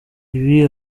ibi